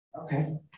Okay